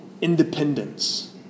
independence